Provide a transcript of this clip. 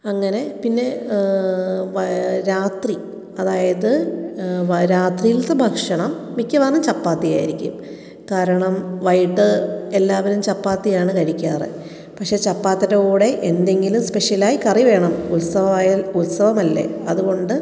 അങ്ങനെ പിന്നെ രാത്രി അതായത് രാത്രിലത്തെ ഭക്ഷണം മിക്കവാറും ചാപ്പാത്തിയായിരിക്കും കാരണം വൈകീട്ട് എല്ലാവരും ചാപ്പാത്തിയാണ് കഴിക്കാറ് പക്ഷേ ചാപ്പാത്തിയുടെ കൂടെ എന്തെങ്കിലും സ്പെഷ്യല് ആയി കറി വേണം ഉത്സവം ആയാല് ഉത്സവം അല്ലേ അതുകൊണ്ട്